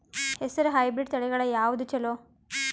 ಹೆಸರ ಹೈಬ್ರಿಡ್ ತಳಿಗಳ ಯಾವದು ಚಲೋ?